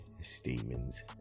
statements